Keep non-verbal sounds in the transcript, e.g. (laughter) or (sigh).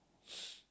(noise)